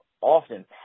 often